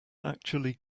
actually